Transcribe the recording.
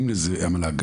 המל"ג.